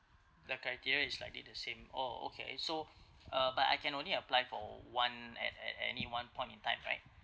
the criteria is likely the same oh okay so uh but I can only apply for one at at any one point in time right